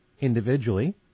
individually